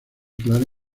clara